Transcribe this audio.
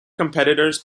competitors